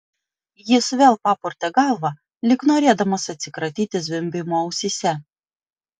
jis vėl papurtė galvą lyg norėdamas atsikratyti zvimbimo ausyse